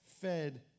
fed